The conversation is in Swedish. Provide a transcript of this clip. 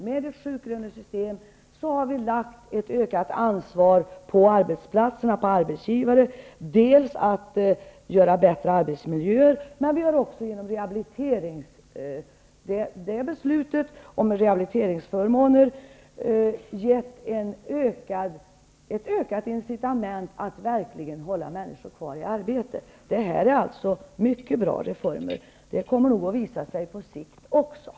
Med ett sjuklönesystem har vi lagt ett ökat ansvar på arbetsplatserna och arbetsgivarna att åstadkomma bättre arbetsmiljöer. Men vi har också genom beslutet om rehabiliteringsförmåner gett ett ökat incitament att verkligen hålla människor kvar i arbete. Detta är alltså mycket bra reformer. Det kommer nog också att visa sig på sikt.